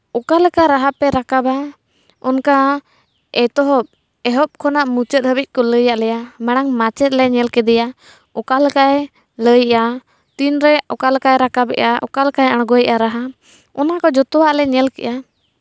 ᱚᱠᱟ ᱞᱮᱠᱟ ᱨᱟᱦᱟ ᱯᱮ ᱨᱟᱠᱟᱵᱟ ᱚᱱᱠᱟ ᱮᱛᱚᱦᱚᱵ ᱮᱦᱚᱵ ᱠᱷᱚᱱᱟᱜ ᱢᱩᱪᱟᱹᱫ ᱦᱟᱹᱵᱤᱡ ᱠᱚ ᱞᱟᱹᱭᱟᱫ ᱞᱮᱭᱟ ᱢᱟᱲᱟᱝ ᱢᱟᱪᱮᱫ ᱞᱮ ᱧᱮᱞ ᱠᱮᱫᱮᱭᱟ ᱚᱠᱟ ᱞᱮᱠᱟᱭ ᱞᱟᱹᱭᱮᱫᱼᱟ ᱛᱤᱱᱨᱮ ᱚᱠᱟ ᱞᱮᱠᱟᱭ ᱨᱟᱠᱟᱵᱮᱫᱼᱟ ᱚᱠᱟ ᱞᱮᱠᱟᱭ ᱟᱬᱜᱚᱭᱮᱫᱼᱟ ᱨᱟᱦᱟ ᱚᱱᱟ ᱠᱚ ᱡᱚᱛᱚᱣᱟᱜ ᱞᱮ ᱧᱮᱞ ᱠᱮᱜᱼᱟ